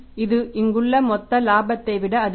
இது இங்குள்ள மொத்த இலாபத்தை விட அதிகம்